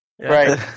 Right